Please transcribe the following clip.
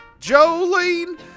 Jolene